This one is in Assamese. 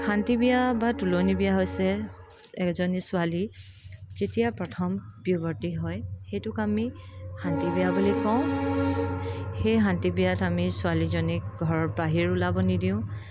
শান্তিবিয়া বা তোলনি বিয়া হৈছে এজনী ছোৱালীৰ যেতিয়া প্ৰথম পিউবাৰ্টি হয় সেইটোক আমি শান্তিবিয়া বুলি কওঁ সেই শান্তিবিয়াত আমি ছোৱালীজনীক ঘৰ বাহিৰ ওলাবলৈ নিদিওঁ